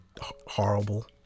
horrible